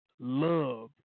Love